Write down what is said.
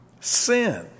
sin